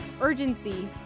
urgency